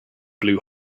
blew